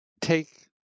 take